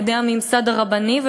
על-ידי הממסד הרבני,